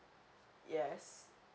yes